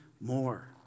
more